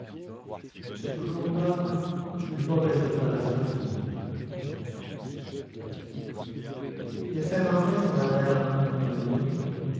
c'est toujours là une mauvaise préparation au sommeil les saint-martin s'en allèrent en automobile